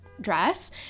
dress